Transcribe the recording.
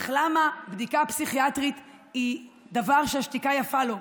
אך למה בדיקה פסיכיאטרית היא דבר שהשתיקה יפה לו?